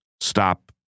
stop